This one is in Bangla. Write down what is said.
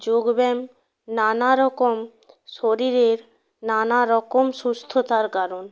যোগব্যায়াম নানারকম শরীরের নানারকম সুস্থতার কারণ